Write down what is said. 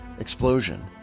explosion